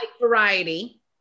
variety